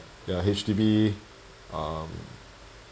ya H_D_B um